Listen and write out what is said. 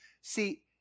See